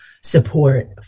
support